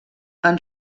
han